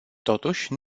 totuși